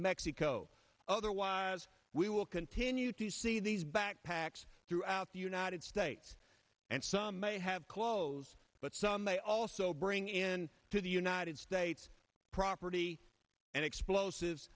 mexico otherwise we will continue to see these backpacks throughout the united states and some may have closed but some by also bringing in to the united states property and explosives